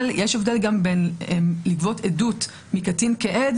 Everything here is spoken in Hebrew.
אבל יש הבדל גם בין לגבות עדות מקטין כעד